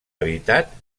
habitat